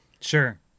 Sure